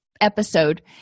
episode